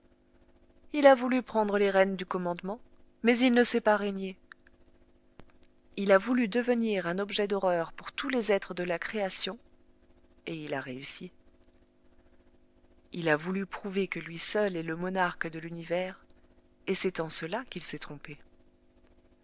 il a voulu prendre les rênes du commandement mais il ne sait pas régner il a voulu devenir un objet d'horreur pour tous les êtres de la création et il a réussi il a voulu prouver que lui seul est le monarque de l'univers et c'est en cela qu'il s'est trompé